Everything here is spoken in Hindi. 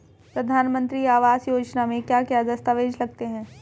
प्रधानमंत्री आवास योजना में क्या क्या दस्तावेज लगते हैं?